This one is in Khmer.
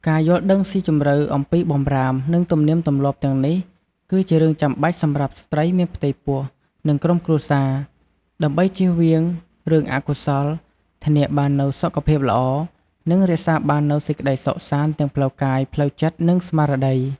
ការយល់ដឹងស៊ីជម្រៅអំពីបម្រាម និងទំនៀមទម្លាប់ទាំងនេះ គឺជារឿងចាំបាច់សម្រាប់ស្ត្រីមានផ្ទៃពោះ និងក្រុមគ្រួសារ ដើម្បីជៀសវាងរឿងអកុសល ធានាបាននូវសុខភាពល្អ និងរក្សាបាននូវសេចក្តីសុខសាន្តទាំងផ្លូវកាយ ផ្លូវចិត្ត និងស្មារតី។